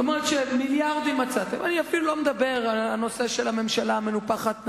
אני אפילו לא מדבר על הנושא של הממשלה המנופחת,